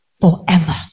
forever